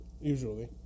Usually